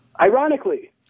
Ironically